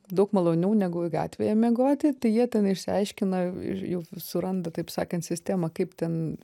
daug maloniau negu gatvėje miegoti tai jie ten išsiaiškina jau suranda taip sakant sistemą kaip ten